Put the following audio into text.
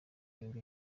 irindwi